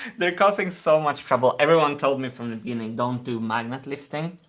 they're causing so much trouble. everyone told me from the beginning don't do magnet lifting.